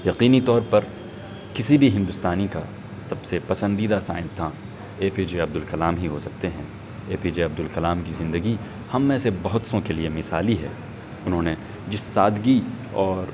یقینی طور پر کسی بھی ہندوستانی کا سب سے پسندیدہ سائنسداں A P J Abdul Kalam ہی ہو سکتے ہیں A P J Abdul Kalam کی زندگی ہم میں سے بہت سوں کے لیے مثالی ہے انہوں نے جس سادگی اور